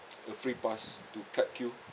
a free pass to cut queue